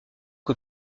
que